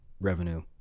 revenue